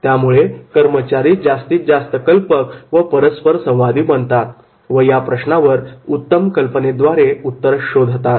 त्यामुळे कर्मचारी जास्तीत जास्त कल्पक व परस्परसंवादी बनतात व या प्रश्नावर उत्तम कल्पनेद्वारे उत्तर शोधतात